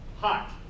hot